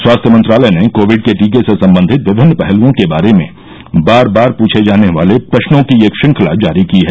स्वास्थ्य मंत्रालय ने कोविड के टीके से संबंधित विमिन्न पहलुओं के बारे में बार बार पूछे जाने वाले प्रश्नों की एक श्रंखला जारी की है